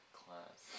class